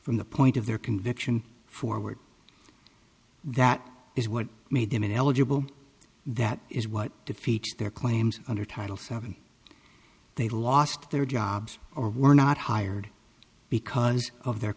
from the point of their conviction forward that is what made them an eligible that is what defeats their claims under title seven they lost their jobs or were not hired because of their